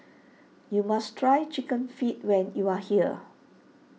you must try Chicken Feet when you are here